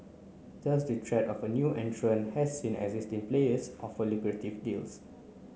just the threat of a new entrant has seen existing players offer lucrative deals